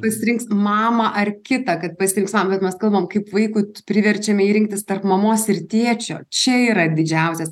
pasirinks mamą ar kitą kad pasirinks mamą bet mes kalbam kaip vaikui t priverčiam jį rinktis tarp mamos ir tėčio čia yra didžiausias